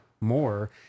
more